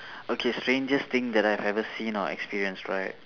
okay strangest thing that I have ever seen or experience right